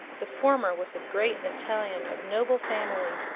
the former was a great italian of noble family,